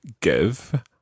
give